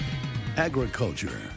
Agriculture